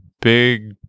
big